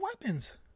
weapons